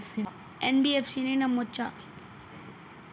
NBFC ని నమ్మచ్చా?